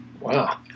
wow